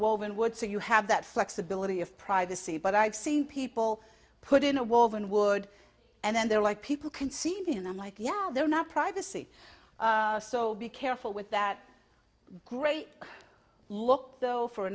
woman would say you have that flexibility of privacy but i've seen people put in a woman would and then they're like people can see it in i'm like yeah they're not privacy so be careful with that great look though for a